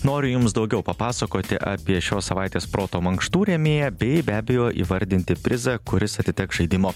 noriu jums daugiau papasakoti apie šios savaitės proto mankštų rėmėją bei be abejo įvardinti prizą kuris atiteks žaidimo